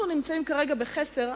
כרגע אנחנו נמצאים בחסר,